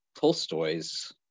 Tolstoy's